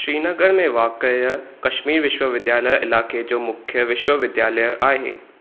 श्रीनगर में वाक़िअ कश्मीर विश्वविद्यालय इलाइक़े जो मुख्य विश्वविद्यालय आहे